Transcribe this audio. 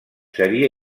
seria